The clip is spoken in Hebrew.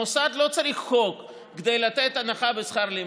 המוסד לא צריך חוק כדי לתת הנחה בשכר לימוד.